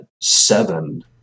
seven